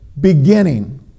beginning